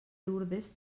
lourdes